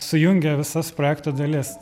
sujungia visas projekto dalis